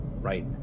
right